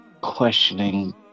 questioning